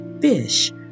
fish